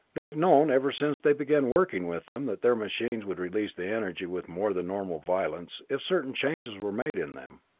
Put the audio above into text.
they've known, ever since they began working with them, that their machines would release the energy with more than normal violence, if certain changes were made in them.